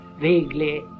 vaguely